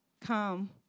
Come